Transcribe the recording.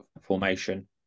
formation